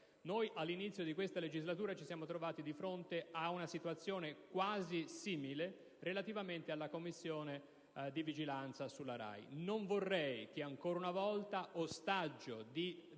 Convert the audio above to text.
All'inizio di questa legislatura ci siamo trovati di fronte ad una situazione quasi simile, relativamente alla Commissione di vigilanza RAI. Non vorrei che ancora una volta, ostaggio di